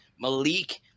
Malik